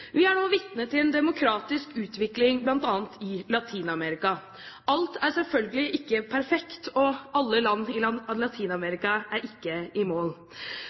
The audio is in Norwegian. Vi er nå vitne til en demokratisk utvikling i bl.a. Latin-Amerika. Alt er selvfølgelig ikke perfekt, ikke alle land i Latin-Amerika er i mål. Nettopp derfor er